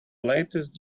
lastest